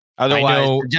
Otherwise